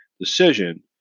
decision